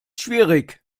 schwierig